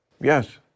Yes